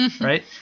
right